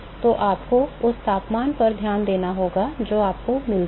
तो आपको उस तापमान पर ध्यान देना होगा जो आपको मिलता है